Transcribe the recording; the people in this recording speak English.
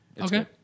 Okay